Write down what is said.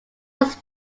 was